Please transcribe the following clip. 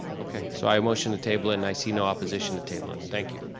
okay. so i motion to table it, and i see no opposition to table it. thank you.